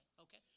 Okay